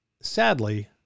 sadly